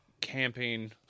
Camping